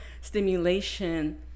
stimulation